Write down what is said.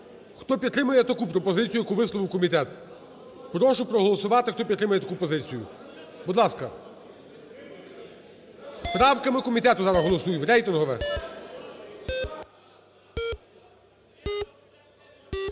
Хто підтримує таку пропозицію, яку висловив комітет, прошу проголосувати, хто підтримує таку позицію. Будь ласка. З правками комітету зараз голосуємо, рейтингове. 17:22:47